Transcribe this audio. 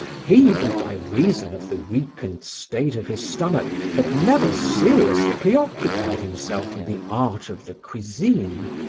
he who by reason of the weakened state of his stomach had never seriously preoccupied himself with the art of the cuisine,